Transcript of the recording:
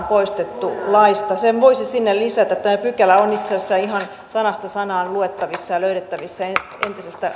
poistettu laista sen voisi sinne lisätä tämä pykälä on itse asiassa ihan sanasta sanaan luettavissa ja löydettävissä entisestä